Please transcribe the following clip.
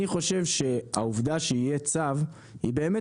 אני חושב שהעובדה שיהיה צו היא באמת